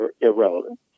irrelevant